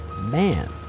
man